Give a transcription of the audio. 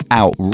out